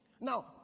now